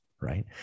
right